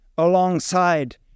alongside